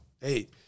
Hey